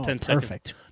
perfect